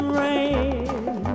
rain